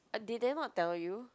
eh did they not tell you